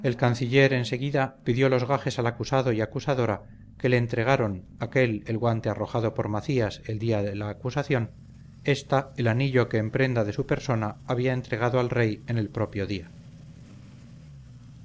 el canciller en seguida pidió los gajes al acusado y acusadora que le entregaron aquél el guante arrojado por macías el día de la acusación ésta el anillo que en prenda de su persona había entregado al rey en el propio día